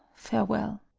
farewell!